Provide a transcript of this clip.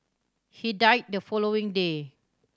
he died the following day